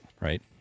right